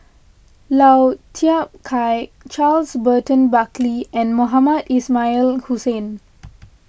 Lau Chiap Khai Charles Burton Buckley and Mohamed Ismail Hussain